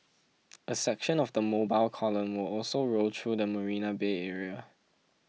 a section of the mobile column will also roll through the Marina Bay area